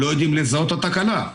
לא יודעים לזהות את התקלה.